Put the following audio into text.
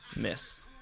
Miss